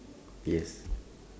yes